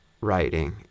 writing